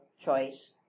choice